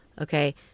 Okay